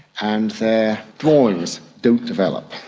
and their drawings don't develop.